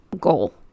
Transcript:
goal